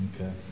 Okay